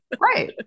Right